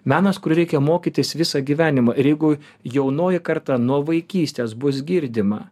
menas kurį reikia mokytis visą gyvenimą ir jeigu jaunoji karta nuo vaikystės bus girdima